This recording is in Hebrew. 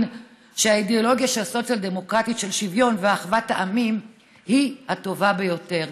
שהאידיאולוגיה הסוציאל-דמוקרטית של שוויון ואחוות עמים היא הטובה ביותר.